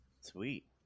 Sweet